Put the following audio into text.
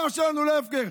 הדם שלנו לא הפקר.